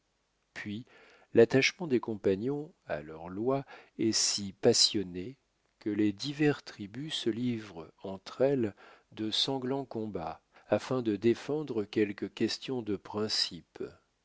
puis l'attachement des compagnons à leurs lois est si passionné que les diverses tribus se livrent entre elles de sanglants combats afin de défendre quelques questions de principes